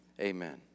amen